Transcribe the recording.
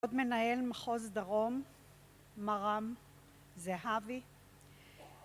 עוד מנהל מחוז דרום, מר רם זהבי